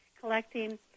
collecting